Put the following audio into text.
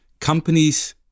companies